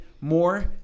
more